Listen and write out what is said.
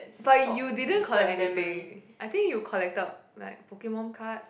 but you didn't collect anything I think you collected like Pokemon cards